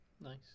Nice